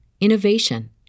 innovation